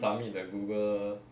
orh you submit the google